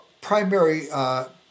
primary